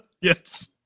Yes